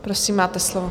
Prosím, máte slovo.